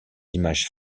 images